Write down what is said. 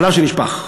חלב שנשפך.